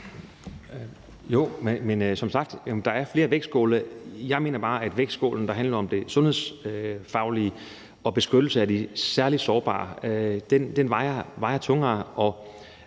der er som sagt flere vægtskåle. Jeg mener bare, at den vægtskål, der handler om det sundhedsfaglige og om beskyttelse af de særlig sårbare, vejer tungere.